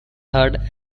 heart